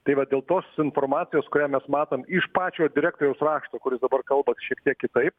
tai vat dėl tos informacijos kurią mes matom iš pačio direktoriaus rašto kuris dabar kalba šiek tiek kitaip